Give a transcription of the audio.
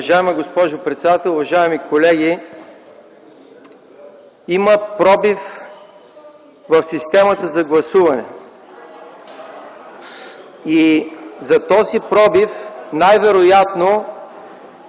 Уважаема госпожо председател, уважаеми колеги! Има пробив в системата за гласуване (шум и смях), и за този пробив най-вероятно